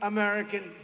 American